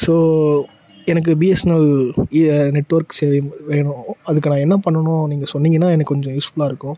so எனக்கு BSNL இ network சேவை வேணும் அதுக்கு நான் என்ன பண்ணணும்னு நீங்கள் சொன்னிங்கனா எனக்கு கொஞ்சம் யூஸ்ஃபுல்லாக இருக்கும்